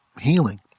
healing